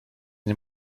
nie